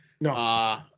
No